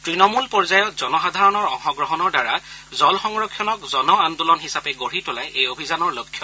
তৃণমূল পৰ্যায়ত জনসাধাৰণৰ অংশগ্ৰহণৰ দ্বাৰা জল সংৰক্ষণক জন আন্দোলন হিচাপে গঢ়ি তোলাই এই অভিযানৰ লক্ষ্য